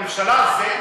ומותר לבקר את הממשלה,